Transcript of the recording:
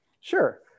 sure